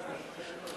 מה עם השאילתות?